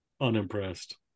Unimpressed